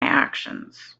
actions